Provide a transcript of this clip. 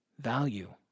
value